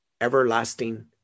everlasting